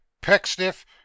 Pecksniff